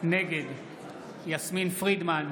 נגד יסמין פרידמן,